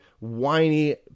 whiny